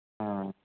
ആ